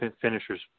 finishers